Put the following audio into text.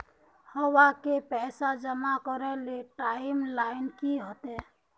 आहाँ के पैसा जमा करे ले टाइम लाइन की होते?